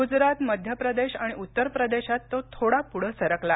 गूजरात मध्यप्रदेश आणि उत्तर प्रदेशात तो थोडा पुढे सरकला